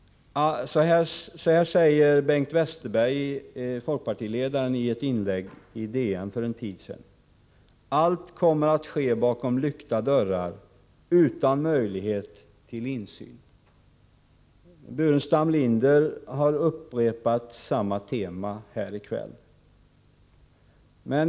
Bengt Westerberg, folkpartiledaren, sade i ett inlägg i DN för en tid sedan: Allt kommer att ske bakom lykta dörrar, utan möjlighet till insyn. Burenstam Linder har upprepat samma tema här i kväll.